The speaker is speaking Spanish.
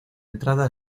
entrada